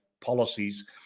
policies